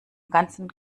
ganzen